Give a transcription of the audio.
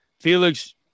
Felix